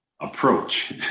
approach